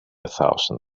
thousand